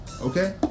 Okay